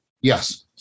Yes